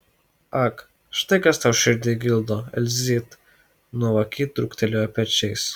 ak štai kas tau širdį gildo elzyt nuovokiai trūktelėjo pečiais